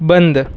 बंद